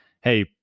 hey